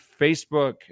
facebook